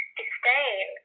disdain